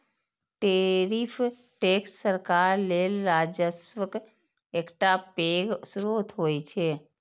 tariff tax सरकार लेल राजस्वक एकटा पैघ स्रोत होइ छै